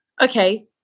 Okay